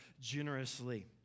generously